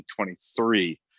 2023